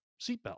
seatbelt